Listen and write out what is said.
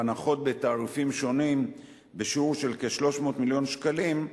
והנחות בתעריפים שונים בשיעור של כ-300 מיליון שקלים,